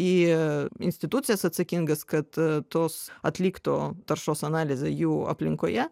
į institucijas atsakingas kad tos atliktų taršos analizę jų aplinkoje